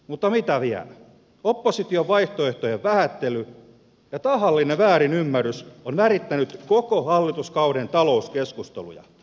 mutta mitä vielä opposition vaihtoehtojen vähättely ja tahallinen väärinymmärrys on värittänyt koko hallituskauden talouskeskusteluita